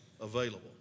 available